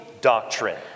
doctrine